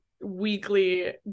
Weekly